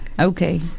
Okay